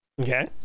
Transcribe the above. Okay